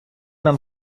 нам